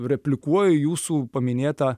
replikuoju jūsų paminėtą